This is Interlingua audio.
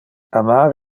amar